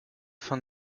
von